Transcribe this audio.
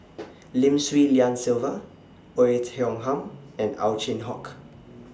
Lim Swee Lian Sylvia Oei Tiong Ham and Ow Chin Hock